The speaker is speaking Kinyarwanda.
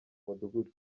mudugudu